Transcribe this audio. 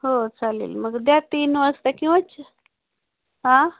हो चालेल मग द्या तीन वाजता किंवाच आं